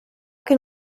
can